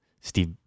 Steve